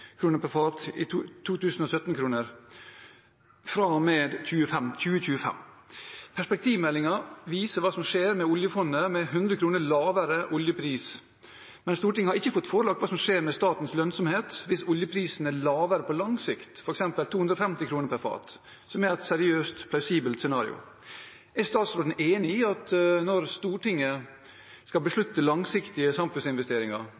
fat i 2017-kroner fra og med 2025. Perspektivmeldingen viser hva som skjer med oljefondet med 100 kr lavere oljepris. Men Stortinget har ikke fått seg forelagt hva som skjer med statens lønnsomhet hvis oljeprisen er lavere på lang sikt, f.eks. 250 kr per fat, som er et seriøst, plausibelt scenario. Er statsråden enig i at når Stortinget skal beslutte langsiktige samfunnsinvesteringer,